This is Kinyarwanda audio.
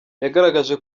yagaragaje